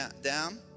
down